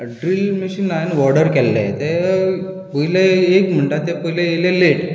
drilling machine हांवें order केल्लें तें पयलें एक म्हणटा तें तें पयलीं आयलें लेट